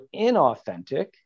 inauthentic